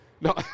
No